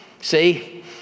see